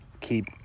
keep